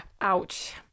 ouch